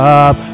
up